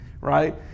right